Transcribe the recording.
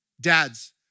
Dads